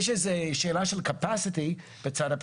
יש איזו שאלה של תפישה והבנה מהצד של